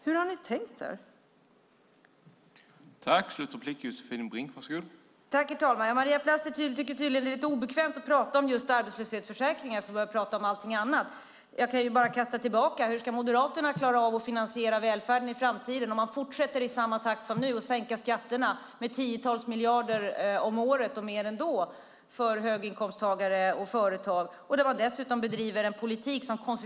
Hur har ni tänkt er det hela?